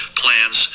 plans